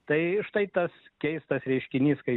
tai štai tas keistas reiškinys kai